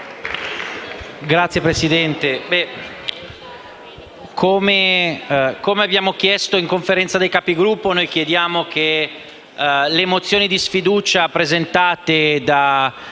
Signor Presidente, come abbiamo detto in Conferenza dei Capigruppo, noi chiediamo che le mozioni di sfiducia presentate da